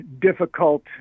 difficult